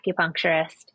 acupuncturist